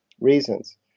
reasons